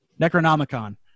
necronomicon